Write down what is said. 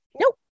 nope